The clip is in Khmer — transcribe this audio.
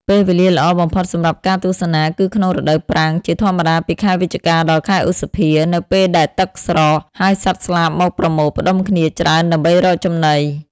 ពេលវេលាល្អបំផុតសម្រាប់ការទស្សនាគឺក្នុងរដូវប្រាំង ជាធម្មតាពីខែវិច្ឆិកា ដល់ខែឧសភា នៅពេលដែលទឹកស្រក ហើយសត្វស្លាបមកប្រមូលផ្តុំគ្នាច្រើនដើម្បីរកចំណី។